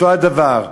אותו הדבר.